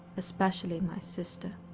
especially my sister.